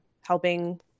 helping